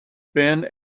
been